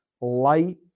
light